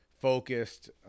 focused